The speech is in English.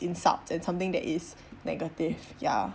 insults and something that is negative ya